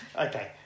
Okay